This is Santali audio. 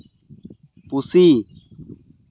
ᱯᱩᱥᱤ